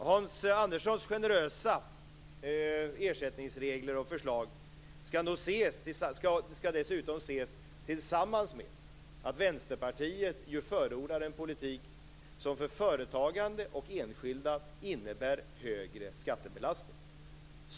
Hans Anderssons generösa förslag till ersättningsregler skall dessutom ses tillsammans med att Vänsterpartiet förordar en politik som innebär en högre skattebelastning för företagande och enskilda.